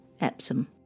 Epsom